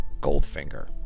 Goldfinger